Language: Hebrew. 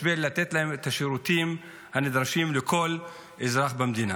בשביל לתת להם את השירותים הנדרשים לכל אזרח במדינה.